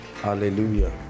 hallelujah